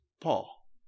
Paul